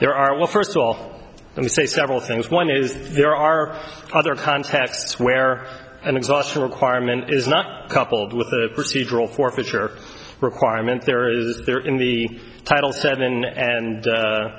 there are well first of all let me say several things one is there are other contexts where an exhaustion requirement is not coupled with the procedural forfeiture requirement there is there in the title seven and